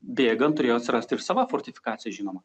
bėgant turėjo atsirasti ir sava fortifikacija žinoma